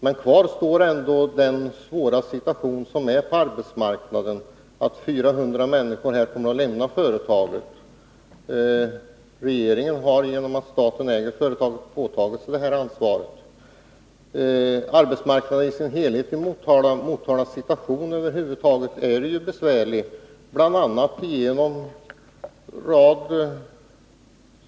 Men kvar står ändå den svåra situationen på arbetsmarknaden — att 400 människor kommer att lämna företaget. Regeringen har, genom att staten äger företaget, påtagit sig ansvaret för detta. Arbetsmarknaden i sin helhet i Motala är ju besvärlig, liksom Motalas situation över huvud taget, bl.a. på grund av en rad förhållanden som man kan lasta regeringen för.